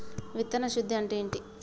విత్తన శుద్ధి అంటే ఏంటి?